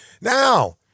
Now